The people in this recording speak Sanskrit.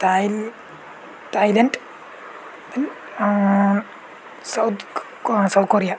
तैल् तैय्ल्याण्ड् तेन् सौत् क् सौकोरिया